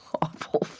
awful